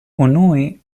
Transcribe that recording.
unue